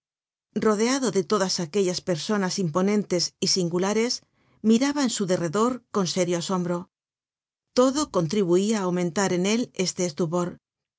rodeado de todas aquellas personas imponentes y singulares miraba en su derredor con serio asombro todo contribuia á aumentar en él este estupor en